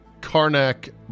Karnak